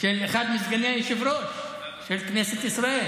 של אחד מסגני היושב-ראש של כנסת ישראל.